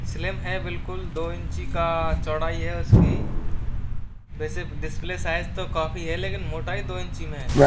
सिलीम है बिल्कुल दो इंची का चौड़ाई है उसकी वेसे डिस्प्ले साइज तो काफ़ी है लेकिन मोटाई दो इंची में है